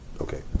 Okay